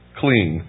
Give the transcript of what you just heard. clean